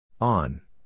On